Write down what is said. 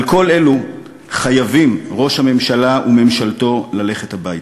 על כל אלה חייבים ראש הממשלה וממשלתו ללכת הביתה: